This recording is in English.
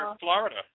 Florida